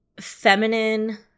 feminine